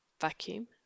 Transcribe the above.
vacuum